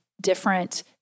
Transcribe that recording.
different